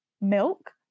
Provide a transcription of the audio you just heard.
milk